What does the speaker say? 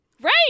right